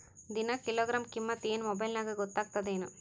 ದಿನಾ ಕಿಲೋಗ್ರಾಂ ಕಿಮ್ಮತ್ ಏನ್ ಮೊಬೈಲ್ ನ್ಯಾಗ ಗೊತ್ತಾಗತ್ತದೇನು?